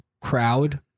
crowd